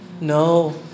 No